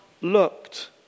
looked